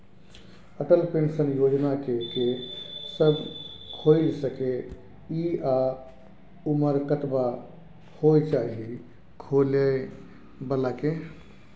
Atal pension योजना के के सब खोइल सके इ आ उमर कतबा होय चाही खोलै बला के?